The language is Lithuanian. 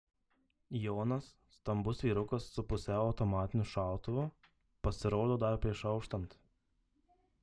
jonas stambus vyrukas su pusiau automatiniu šautuvu pasirodo dar prieš auštant